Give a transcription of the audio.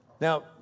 Now